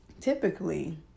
typically